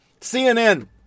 CNN